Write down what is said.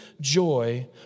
joy